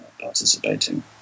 participating